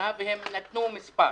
והם נתנו מספר.